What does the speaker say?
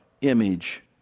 image